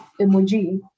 emoji